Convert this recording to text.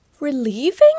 Relieving